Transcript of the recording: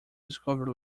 discover